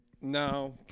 No